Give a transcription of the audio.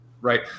right